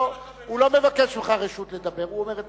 תוציא